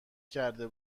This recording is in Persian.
کرده